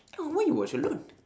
ya why you watch alone